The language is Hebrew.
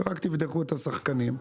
רק תבדקו את השחקנים.